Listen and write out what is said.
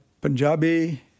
Punjabi